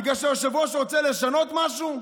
בגלל שהיושב-ראש רוצה לשנות משהו?